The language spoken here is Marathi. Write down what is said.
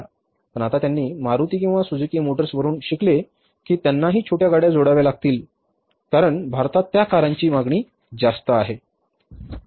पण आता त्यांनी मारुती किंवा सुझुकी मोटर्सवरूनही शिकले आहे की त्यांनाही छोट्या गाड्या जोडाव्या लागतील कारण भारतात त्या कारांची मागणी आहे